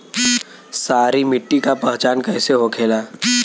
सारी मिट्टी का पहचान कैसे होखेला?